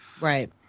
Right